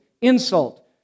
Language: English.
insult